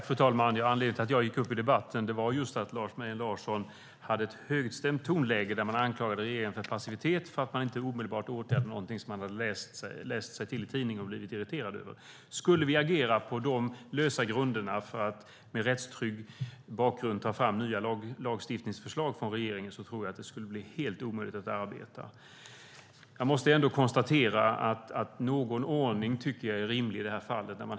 Fru talman! Anledningen till att jag gick upp i debatten var Lars Mejern Larssons högstämda tonläge och att regeringen anklagades för passivitet därför att man inte omedelbart åtgärdat något som han hade läst om i en tidning och blivit irriterad över. Men skulle man agera på så lösa grunder när det gäller att med en rättstrygg bakgrund ta fram nya lagstiftningsförslag från regeringen tror jag att det skulle bli helt omöjligt att arbeta. Någon ordning är ändå rimlig i det här fallet, tycker jag.